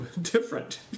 Different